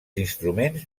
instruments